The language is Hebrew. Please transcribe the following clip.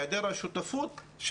העדר השותפות,